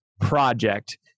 project